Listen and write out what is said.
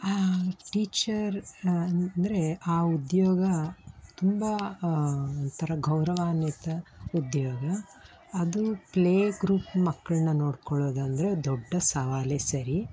ಆ ಟೀಚರ್ ಅಂದರೆ ಆ ಉದ್ಯೋಗ ತುಂಬ ಒಂಥರ ಗೌರವಾನ್ವಿತ ಉದ್ಯೋಗ ಅದು ಪ್ಲೇ ಗ್ರೂಪ್ ಮಕ್ಳನ್ನ ನೋಡ್ಕೊಳ್ಳೋದಂದರೆ ದೊಡ್ಡ ಸವಾಲೇ ಸರಿ